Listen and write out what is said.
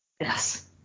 yes